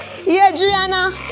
Adriana